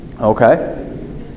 Okay